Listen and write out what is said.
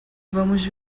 vamos